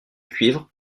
cuivre